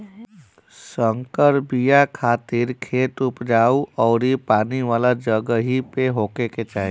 संकर बिया खातिर खेत उपजाऊ अउरी पानी वाला जगही पे होखे के चाही